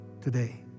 today